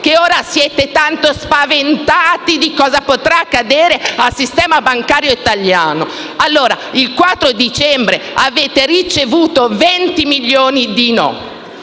che ora siete tanto spaventati da cosa potrà accadere al sistema bancario italiano. Il 4 dicembre avete ricevuto 20 milioni di no,